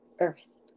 earth